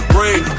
Brain